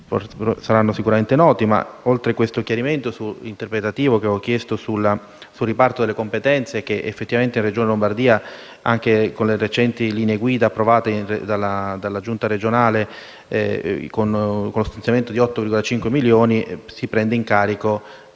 saranno sicuramente noti. Oltre questo chiarimento interpretativo che avevo chiesto sul riparto delle competenze, voglio ricordare che effettivamente la Regione Lombardia, anche con le recenti linee guida approvate dalla Giunta regionale con uno stanziamento di 8,5 milioni di euro, si prende in carico